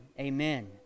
Amen